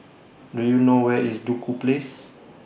Do YOU know Where IS Duku Place